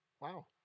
Wow